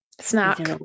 snack